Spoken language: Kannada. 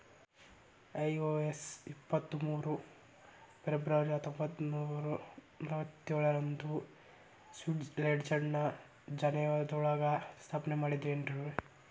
ಐ.ಒ.ಎಸ್ ಇಪ್ಪತ್ ಮೂರು ಫೆಬ್ರವರಿ ಹತ್ತೊಂಬತ್ನೂರಾ ನಲ್ವತ್ತೇಳ ರಂದು ಸ್ವಿಟ್ಜರ್ಲೆಂಡ್ನ ಜಿನೇವಾದೊಳಗ ಸ್ಥಾಪನೆಮಾಡಿದ್ರು